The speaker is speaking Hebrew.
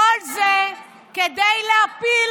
כל זה כדי להפיל